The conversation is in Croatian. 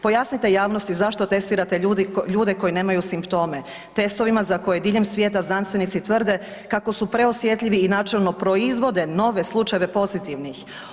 Pojasnite javnosti zašto testirate ljude koji nemaju simptome testovima za koje diljem svijeta znanstvenici tvrde kako su preosjetljivi i načelno proizvode nove slučajeve pozitivnih.